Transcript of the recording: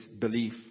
belief